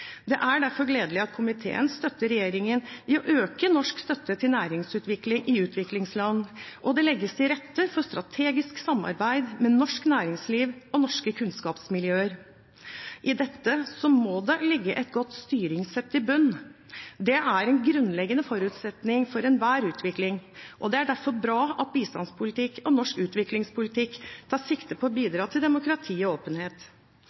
Det er derfor gledelig at komiteen støtter regjeringen i å øke norsk støtte til næringsutvikling i utviklingsland, og det legges til rette for strategisk samarbeid med norsk næringsliv og norske kunnskapsmiljøer. I dette må det ligge et godt styringssett i bunnen. Det er en grunnleggende forutsetning for enhver utvikling, og det er derfor bra at bistandspolitikk og norsk utviklingspolitikk tar sikte på å bidra til demokrati og åpenhet.